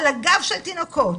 על הגב של תינוקות,